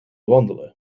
wandelen